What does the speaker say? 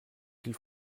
qu’il